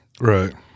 Right